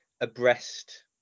abreast